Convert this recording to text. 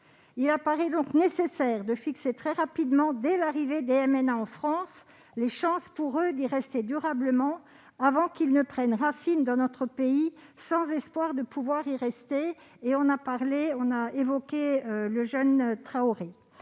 Il apparaît donc nécessaire de déterminer très rapidement, dès l'arrivée des MNA en France, leurs chances d'y séjourner durablement, avant qu'ils ne prennent racine dans notre pays sans espoir de pouvoir y rester. Nous avons évoqué le cas du jeune Traoré.